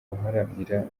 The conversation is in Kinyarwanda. guharanira